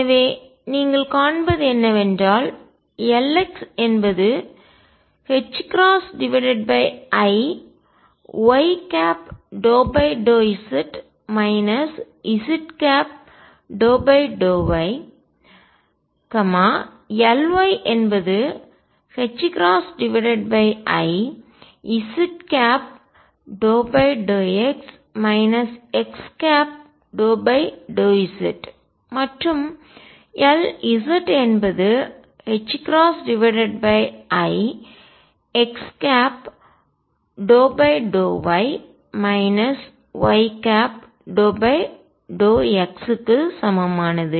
எனவே நீங்கள் காண்பது என்னவென்றால் Lx என்பது i y∂z z∂y Ly என்பது i z∂x x∂z மற்றும் Lz என்பது i x∂y y∂x க்கு சமமானது